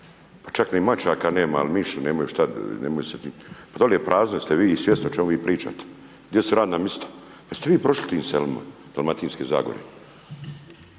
Pa čak ni mačaka nema, al miši nemaju šta, nemaju se, pa doli je prazno, jeste li svjesni o čemu vi pričate? Gdje su radna mista? Pa jeste vi prošli tim selima Dalmatinske zagore?